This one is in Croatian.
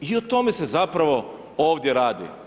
I o tome se zapravo ovdje radi.